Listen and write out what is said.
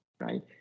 right